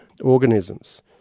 organisms